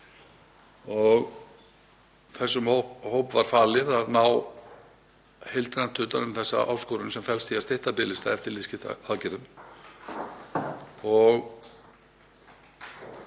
Þessum hóp var falið að ná heildrænt utan um þá áskorun sem felst í að stytta biðlista eftir liðskiptaaðgerðum.